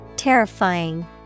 terrifying